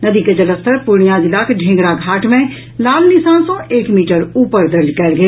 नदी के जलस्तर पूर्णियां जिलाक ढेंगरा घाट मे लाल निशान सँ एक मीटर ऊपर दर्ज कयल गेल